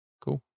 Cool